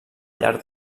llarg